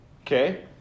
Okay